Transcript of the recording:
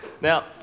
Now